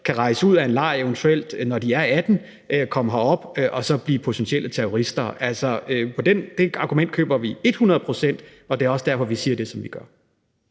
kan rejse ud af en lejr, eventuelt når de er 18 år, og komme herop og så blive potentielle terrorister. Altså, det argument køber vi et hundrede procent, og det er også derfor, vi siger det, som vi siger.